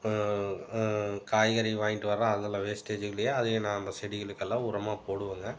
காய்கறி வாங்கிட்டு வரோம் அதில் வேஸ்டேஜி இல்லையா அதை நான் அந்த செடிகளுக்கு எல்லாம் உரமாக போடுவோங்க